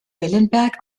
wellenberg